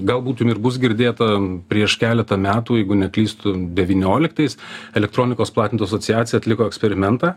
galbūt jum ir bus girdėta prieš keletą metų jeigu neklystu devynioliktais elektronikos platintojų asociacija atliko eksperimentą